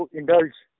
indulge